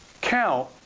count